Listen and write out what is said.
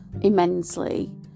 immensely